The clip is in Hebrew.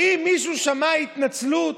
האם מישהו שמע התנצלות?